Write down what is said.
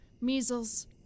measles